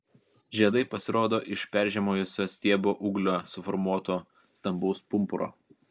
žiedai pasirodo iš peržiemojusio stiebo ūglio suformuoto stambaus pumpuro